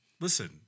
Listen